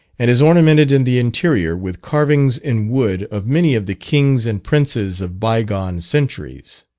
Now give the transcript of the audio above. and is ornamented in the interior with carvings in wood of many of the kings and princes of bygone centuries.